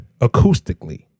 acoustically